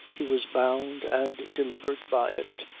he was bound and delivered by it.